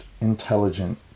intelligent